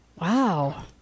Wow